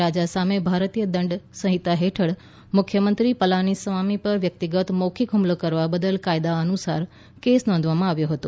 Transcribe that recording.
રાજા સામે ભારતીય દંડ સંહિતા હેઠળ મુખ્યમંત્રી પલાનીસામી પર વ્યક્તિગત મૌખિક હુમલો કરવા બદલ કાયદા અનુસાર કેસ નોંધવામાં આવ્યો હતો